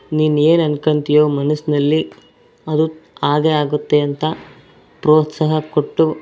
ನೀನು ಏನು ಅನ್ಕೊಂತೀಯೋ ಮನಸ್ನಲ್ಲಿ ಅದು ಆಗೇ ಆಗುತ್ತೆ ಅಂತ ಪ್ರೋತ್ಸಾಹ ಕೊಟ್ಟು